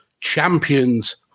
champions